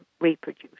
reproduce